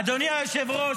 אדוני היושב-ראש,